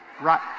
right